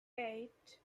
eight